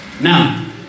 Now